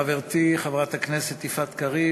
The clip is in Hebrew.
חברתי חברת הכנסת יפעת קריב,